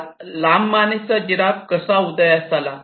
आज लांब मानेचा जिराफ कसा उदयास आला